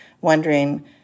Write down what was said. wondering